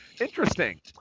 interesting